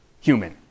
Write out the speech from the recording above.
human